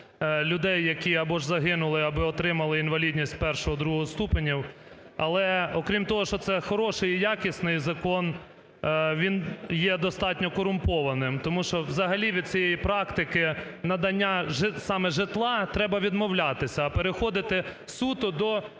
людей, які або ж загинули, або отримали інвалідність І-ІІ ступенів. Але окрім того, що це хороший і якісний закон, він є достатньо корумпованим, тому що взагалі від цієї практики надання саме житла треба відмовлятися, а переходити суто до